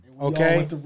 Okay